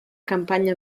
campagna